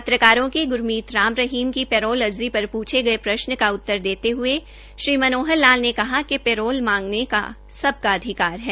पत्रकारों के गुरमीत राम रहीम की पेरोल अर्जी पर पूछा प्रश्न का उत्तर देते हये श्री मनोहर लाल ने कहा कि पेरोल मांगाने का सबका अधिकार है